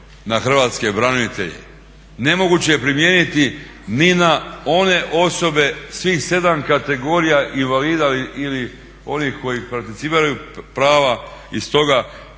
na hrvatske branitelje. Nemoguće je primijeniti ni na one osobe svih sedam kategorija invalida ili onih koji participiraju prava iz toga.